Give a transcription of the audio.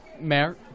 Mayor